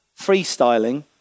freestyling